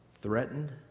threatened